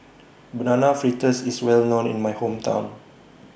Banana Fritters IS Well known in My Hometown